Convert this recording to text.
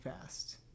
fast